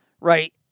right